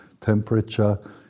temperature